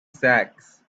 sacks